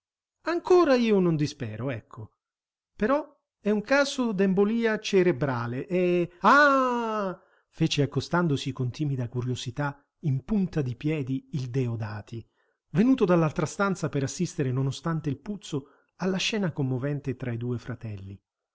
ancora io non dispero ecco però è un caso d'embolia cerebrale e ah fece accostandosi con timida curiosità in punta di piedi il deodati venuto dall'altra stanza per assistere nonostante il puzzo alla scena commovente tra i due fratelli